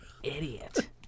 idiot